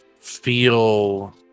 feel